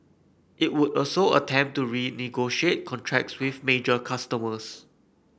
it would also attempt to renegotiate contracts with major customers